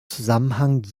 zusammenhang